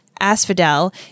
asphodel